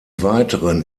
weiteren